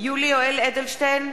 יולי יואל אדלשטיין,